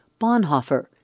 Bonhoeffer